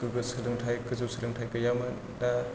गोगो सोलोंथाय गोजौ सोलोंथाय गैयामोन दा